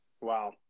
Wow